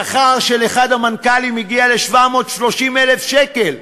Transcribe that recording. שכר של אחד המנכ"לים הגיע ל-730,000 שקל,